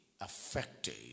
affected